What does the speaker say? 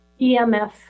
EMF